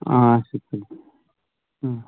آسا